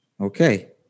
Okay